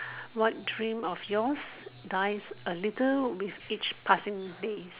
what dream of yours dies a little with each passing day